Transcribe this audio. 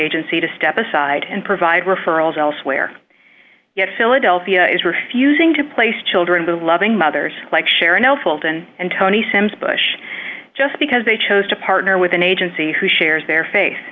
agency to step aside and provide referrals elsewhere yet philadelphia is refusing to place children with loving mothers like sharon l fulton and tony sims bush just because they chose to partner with an agency who shares their face